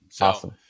Awesome